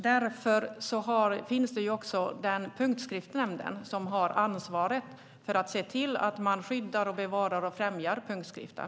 Därför finns också Punktskriftsnämnden, som har ansvaret för att se till att man skyddar, bevarar och främjar punktskriften.